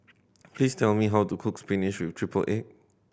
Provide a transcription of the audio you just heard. please tell me how to cook spinach with triple egg